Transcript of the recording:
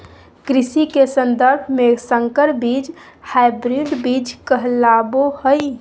कृषि के सन्दर्भ में संकर बीज हायब्रिड बीज कहलाबो हइ